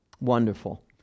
Wonderful